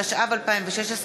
התשע"ו 2016,